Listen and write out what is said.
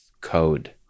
code